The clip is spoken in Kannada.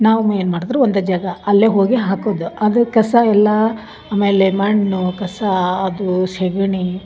ನಾವು ಏನು ಮಾಡಿದ್ದರು ಒಂದು ಜಗ ಅಲ್ಲೆ ಹೋಗಿ ಹಾಕುದು ಅದು ಕಸ ಎಲ್ಲ ಆಮೇಲೆ ಮಣ್ಣು ಕಸ ಅದು ಸಗಣಿ